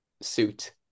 suit